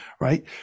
right